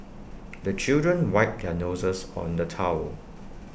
the children wipe their noses on the towel